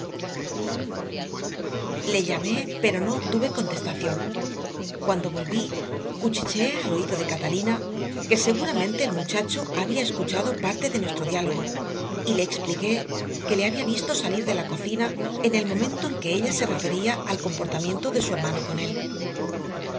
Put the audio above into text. llamé pero no obtuve contestación cuando volví cuchicheé al oído de catalina que seguramente el muchacho había escuchado parte de nuestro diálogo y le expliqué que le había visto salir de la cocina en el momento en que ella se refería al comportamiento de su hermano con él